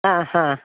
ആ ഹാ